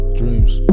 dreams